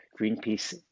Greenpeace